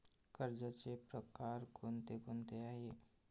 कर्जाचे प्रकार कोणकोणते आहेत?